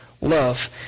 love